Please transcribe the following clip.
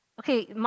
Okay